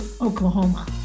Oklahoma